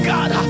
God